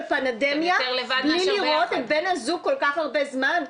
פנדמיה בלי לראות את בן הזוג כל כך הרבה זמן?